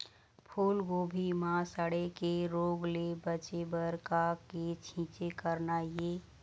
फूलगोभी म सड़े के रोग ले बचे बर का के छींचे करना ये?